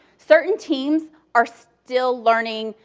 certain teams are still learning,